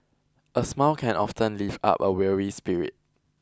a smile can often lift up a weary spirit